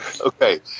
okay